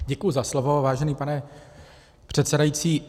Děkuji za slovo, vážený pane předsedající.